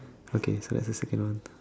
okay so that's the second one